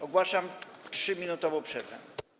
Ogłaszam 3-minutową przerwę.